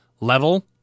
level